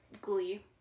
Glee